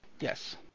Yes